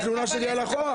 התלונה שלי היא על אחורה.